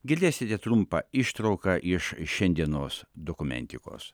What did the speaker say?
girdėsite trumpą ištrauką iš šiandienos dokumentikos